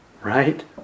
Right